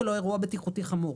ולא אירוע בטיחותי חמור.